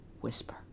whisper